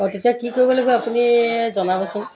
অঁ তেতিয়া কি কৰিব লাগিব আপুনি জনাবচোন